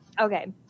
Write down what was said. Okay